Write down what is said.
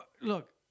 Look